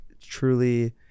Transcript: truly